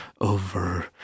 over